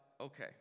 Okay